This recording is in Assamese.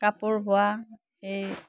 কাপোৰ বোৱা সেই